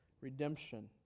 redemption